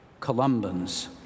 Columbans